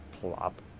Plop